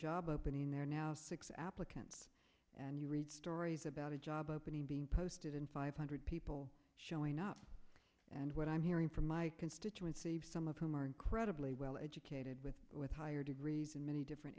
job opening there are now six applicants and you read stories about a job opening being posted in five hundred people showing up and what i'm hearing from my constituency some of whom are incredibly well educated with higher degrees in many different